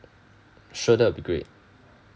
sure that will be great